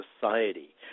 society